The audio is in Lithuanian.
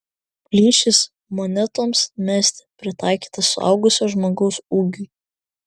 plyšys monetoms mesti pritaikytas suaugusio žmogaus ūgiui